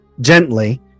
gently